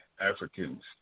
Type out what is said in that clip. Africans